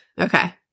Okay